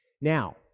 now